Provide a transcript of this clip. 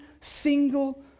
single